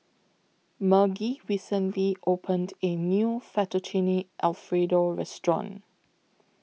Margie recently opened A New Fettuccine Alfredo Restaurant